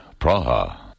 Praha